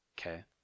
Okay